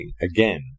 again